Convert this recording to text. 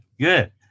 Good